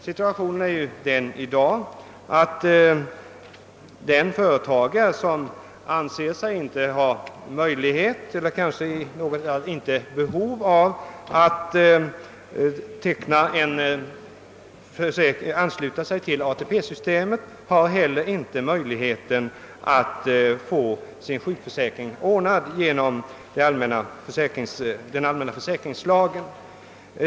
Situationen är i dag att den företagare, som inte anser sig ha behov av att ansluta sig till ATP-systemet, inte heller har möjlighet att få sin sjukförsäkring genom den allmänna försäkringslagen.